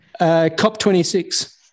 COP26